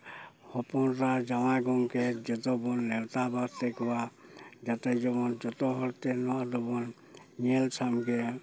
ᱦᱚᱯᱚᱱ ᱨᱟ ᱡᱟᱶᱟᱭ ᱜᱚᱝᱠᱮ ᱡᱚᱛᱚ ᱵᱚᱱ ᱱᱮᱣᱛᱟ ᱵᱟᱨᱛᱮ ᱠᱚᱣᱟ ᱡᱟᱛᱮ ᱡᱮᱢᱚᱱ ᱡᱚᱛᱚ ᱦᱚᱲ ᱛᱮ ᱱᱚᱣᱟ ᱫᱚᱵᱚᱱ ᱧᱮᱞ ᱥᱟᱢᱜᱮᱭᱟ